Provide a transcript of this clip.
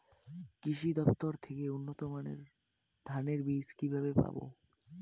কৃষি দফতর থেকে উন্নত মানের ধানের বীজ কিভাবে পাব?